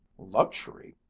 luxury?